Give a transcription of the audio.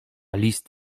list